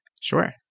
Sure